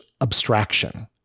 abstraction